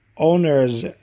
owner's